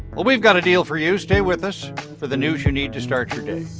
well, we've got a deal for you. stay with us for the news you need to start your day